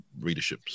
readerships